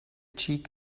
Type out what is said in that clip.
cheek